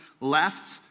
left